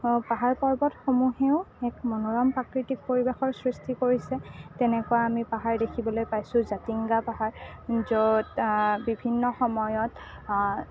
পাহাৰ পৰ্বতসমূহেও এক মনোৰম প্ৰাকৃতিক পৰিৱেশৰ সৃষ্টি কৰিছে তেনেকুৱা আমি পাহাৰ দেখিবলৈ পাইছোঁ জাতিংগা পাহাৰ য'ত বিভিন্ন সময়ত